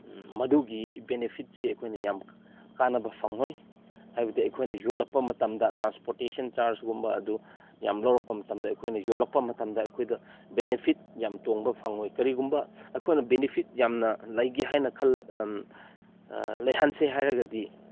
ꯃꯗꯨꯒꯤ ꯕꯤꯅꯤꯐꯤꯠꯁꯤ ꯑꯩꯈꯣꯏꯅ ꯌꯥꯝ ꯀꯥꯅꯕ ꯐꯪꯉꯣꯏ ꯍꯥꯏꯕꯗꯤ ꯑꯩꯈꯣꯏꯅ ꯌꯣꯜꯂꯛꯄ ꯃꯇꯝꯗ ꯇ꯭ꯔꯥꯟꯁꯄꯣꯔꯇꯦꯁꯟ ꯆꯥꯔꯖꯒꯨꯝꯕ ꯑꯗꯨ ꯌꯥꯝ ꯂꯧꯔꯛꯄ ꯃꯇꯝꯗ ꯑꯩꯈꯣꯏꯅ ꯌꯣꯜꯂꯛꯄ ꯃꯇꯝꯗ ꯑꯩꯈꯣꯏꯗ ꯕꯦꯅꯤꯐꯤꯠ ꯌꯥꯝ ꯇꯣꯡꯕ ꯐꯪꯉꯣꯏ ꯀꯔꯤꯒꯨꯝꯕ ꯑꯩꯈꯣꯏꯅ ꯕꯤꯅꯤꯐꯤꯠ ꯌꯥꯝꯅ ꯂꯩꯒꯦ ꯍꯥꯏꯅ ꯂꯩꯍꯟꯁꯦ ꯍꯥꯏꯔꯒꯗꯤ